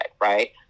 Right